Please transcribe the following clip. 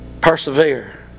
Persevere